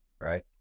Right